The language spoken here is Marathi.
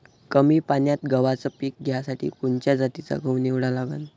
कमी पान्यात गव्हाचं पीक घ्यासाठी कोनच्या जातीचा गहू निवडा लागन?